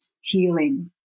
healing